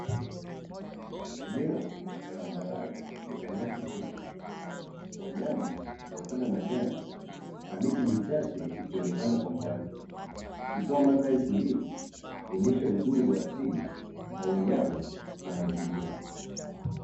Eneo la tambarare lina nyasi fupi, wanyama wakila majani na miti michache ikionekana kwa mbali, ikitoa mandhari tulivu kuonyesha uzuri wa asili na uwiano wa mazingira .